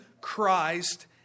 Christ